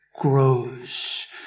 grows